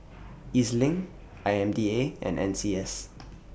E Z LINK I M D A and N C S